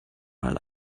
mal